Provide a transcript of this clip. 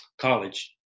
college